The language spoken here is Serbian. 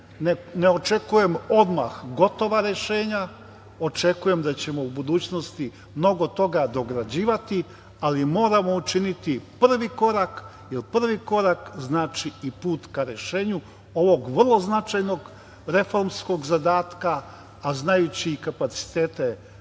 Ne očekujem odmah gotova rešenja, očekujem da ćemo u budućnosti mnogo toga dograđivati, ali moramo učiniti prvi korak, jer prvi korak znači i put ka rešenju ovog vrlo značajnog reformskog zadatka. Znajući i kapacitete naših